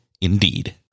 Indeed